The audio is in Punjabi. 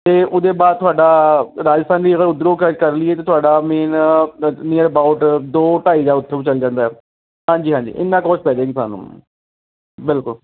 ਅਤੇ ਉਹਦੇ ਬਾਅਦ ਤੁਹਾਡਾ ਰਾਜਸਥਾਨੀ ਜਿਹੜਾ ਉੱਧਰੋਂ ਕਰ ਕਰ ਲਈਏ ਤਾਂ ਤੁਹਾਡਾ ਮੇਨ ਨੀਅਰ ਅਬਾਊਟ ਦੋ ਢਾਈ ਦਾ ਉੱਥੋ ਚੱਲ ਜਾਂਦਾ ਹਾਂਜੀ ਹਾਂਜੀ ਇੰਨਾਂ ਕੋਸਟ ਪੈ ਜਾਂਦੀ ਜੀ ਤੁਹਾਨੂੰ ਬਿਲਕੁਲ